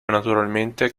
naturalmente